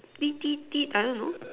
I don't know